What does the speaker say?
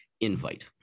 invite